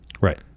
Right